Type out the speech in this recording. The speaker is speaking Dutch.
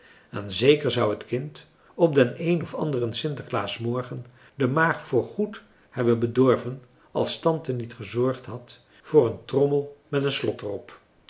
en zeker zou het kind op den een of anderen sinterklaasmorgen de maag voorgoed hebben bedorven als tante niet gezorgd had voor een trommel met een slot er